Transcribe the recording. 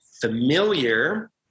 familiar